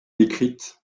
écrites